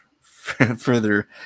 further